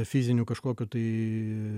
fizinių kažkokių tai